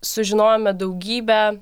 sužinojome daugybę